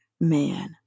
Man